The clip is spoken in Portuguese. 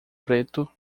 preto